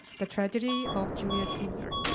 the tragedy of julius caesar.